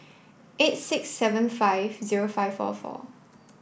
eight six seven five zero five four four